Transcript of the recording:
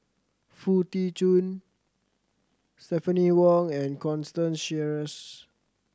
Foo Tee Jun Stephanie Wong and Constance Sheares